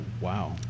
wow